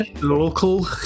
Local